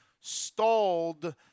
stalled